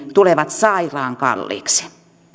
tulevat sairaan kalliiksi